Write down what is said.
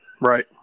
Right